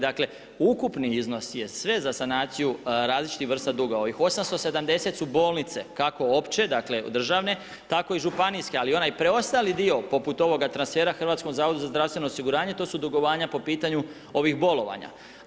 Dakle, ukupni iznos je sve za sanaciju različitih vrsta dugova, ovih 870 su bolnice, kako opće dakle državne, tako i županijske, ali onaj preostali dio poput ovog transfera HZZO-u, to su dugovanja po pitanju ovih bolovanja.